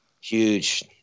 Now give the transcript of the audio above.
huge